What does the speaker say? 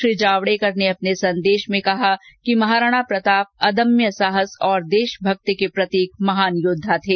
श्री जावडेकर ने अपने संदेश में कहा कि महाराणा प्रताप अदम्य साहस और देशभक्ति के प्रतीक महान योद्वा थे